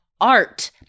art